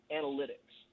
analytics